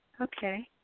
Okay